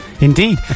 indeed